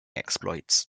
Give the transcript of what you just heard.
exploits